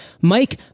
Mike